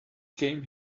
came